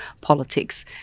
politics